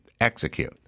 execute